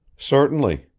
certainly.